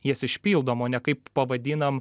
jas išpildom o ne kaip pavadinam